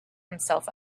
himself